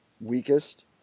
weakest